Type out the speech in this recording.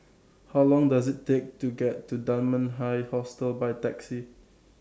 How Long Does IT Take to get to Dunman High Hostel By Taxi